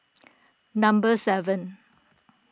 number seven